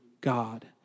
God